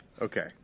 Okay